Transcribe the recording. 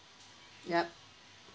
yup